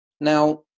Now